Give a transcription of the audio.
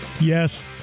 Yes